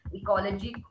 ecology